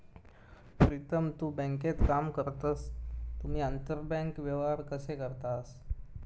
प्रीतम तु बँकेत काम करतस तुम्ही आंतरबँक व्यवहार कशे करतास?